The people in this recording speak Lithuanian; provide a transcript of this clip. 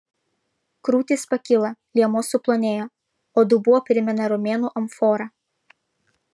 krūtys pakyla liemuo suplonėja o dubuo primena romėnų amforą